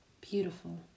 beautiful